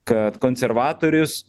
kad konservatorius